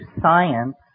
science